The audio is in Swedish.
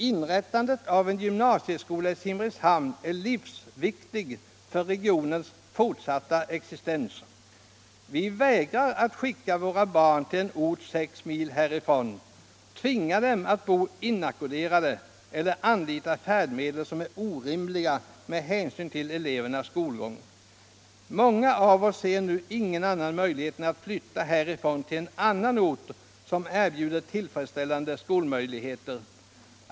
Inrättandet av en gymnasieskola i Simrishamn är livsviktig för regionens fortsatta existens. Vi vägrar att skicka våra barn till en ort sex mil härifrån - tvinga dem att bo inackorderade eller anlita färdmedel som är orimliga med hänsyn till elevernas skolgång. Många av oss ser nu ingen annan möjlighet än att flytta härifrån till en annan ort som erbjuder tillfredsställande skolmöjligheter.